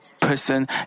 person